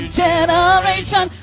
generation